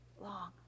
long